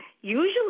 Usually